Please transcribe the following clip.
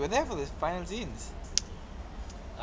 you were there for the final scene